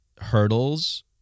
hurdles